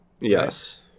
Yes